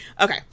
Okay